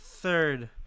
third